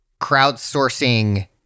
crowdsourcing